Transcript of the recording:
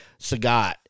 Sagat